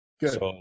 Good